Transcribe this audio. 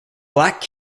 black